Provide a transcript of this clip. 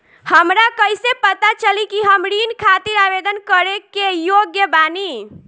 हमरा कईसे पता चली कि हम ऋण खातिर आवेदन करे के योग्य बानी?